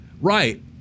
right